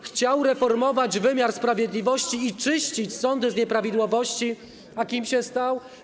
Chciał reformować wymiar sprawiedliwości i czyścić sądy z nieprawidłowości, a kim się stał?